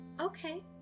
Okay